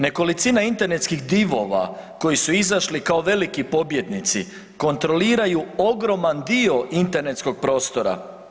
Nekolicina internetskih divova koji su izašli kao veliki pobjednici kontroliraju ogroman dio internetskog prostora.